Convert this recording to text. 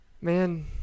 Man